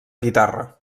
guitarra